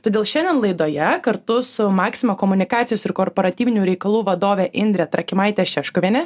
todėl šiandien laidoje kartu su maxima komunikacijos ir korporacinių reikalų vadove indre trakimaite šeškuviene